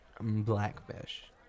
Blackfish